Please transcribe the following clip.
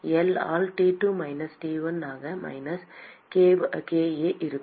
L ஆல் T2 minus T1 ஆக minus kA இருக்கும்